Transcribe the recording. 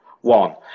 One